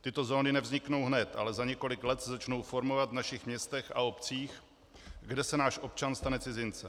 Tyto zóny nevzniknou hned, ale za několik let se začnou formovat v našich městech a obcích, kde se náš občan stane cizincem.